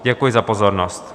Děkuji za pozornost.